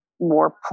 more